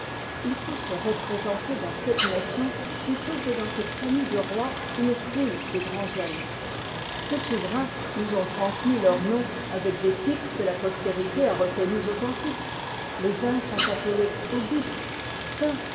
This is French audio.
il faut se représenter dans cette nation plutôt que dans cette famille de rois une foule de grands hommes ces souverains nous ont transmis leurs noms ayec des titres que la ï postérité a reconnus authentiques les uns ï sont appelés